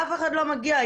אף אחד לא מגיע.